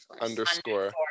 underscore